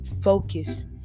focus